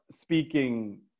speaking